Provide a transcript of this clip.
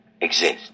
exist